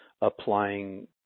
applying